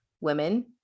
women